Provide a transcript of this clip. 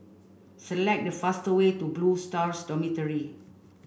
select the fastest way to Blue Stars Dormitory